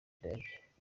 indake